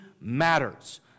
matters